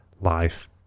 life